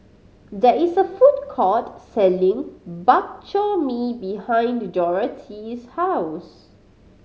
there is a food court selling Bak Chor Mee behind the Dorathea's house